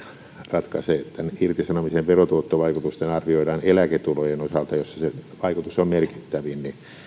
ratkaise tämän irtisanomisen verotuottovaikutusten arvioidaan eläketulojen osalta missä se vaikutus on merkittävin